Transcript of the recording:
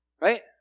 Right